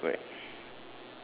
ya sure correct